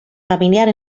familiar